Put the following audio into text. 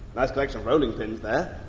nice collection of rolling pins there.